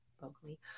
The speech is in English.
vocally